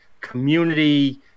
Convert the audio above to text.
community